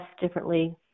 differently